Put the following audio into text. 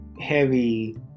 heavy